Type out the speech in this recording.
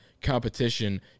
competition